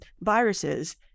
viruses